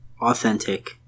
authentic